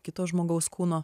kito žmogaus kūno